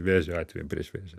vėžio atveju prieš vėžį